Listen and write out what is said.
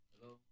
Hello